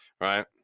right